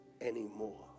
anymore